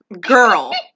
Girl